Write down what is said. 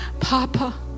Papa